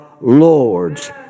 Lords